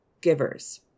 givers